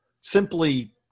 simply